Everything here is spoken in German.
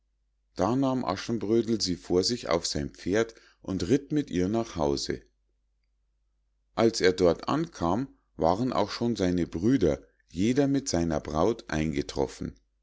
da nahm aschenbrödel sie vor sich auf sein pferd und ritt mit ihr nach hause als er dort ankam waren auch schon seine andern brüder jeder mit seiner braut eingetroffen